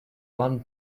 one